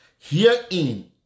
Herein